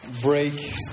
break